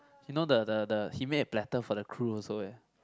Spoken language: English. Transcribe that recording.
you know the the the he make a platter for the crew also eh